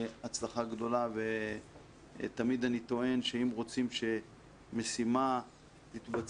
הצלחה גדולה ותמיד אני טוען שאם רוצים שמשימה תתבצע,